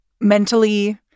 mentally